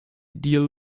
dear